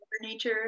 nature